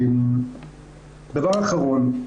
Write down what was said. דבר אחרון,